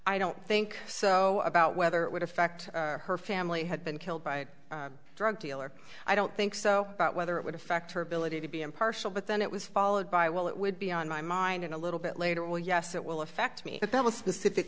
i don't think so about whether it would affect her family had been killed by a drug dealer i don't think so about whether it would affect her ability to be impartial but then it was followed by well it would be on my mind in a little bit later or yes it will affect me at that specific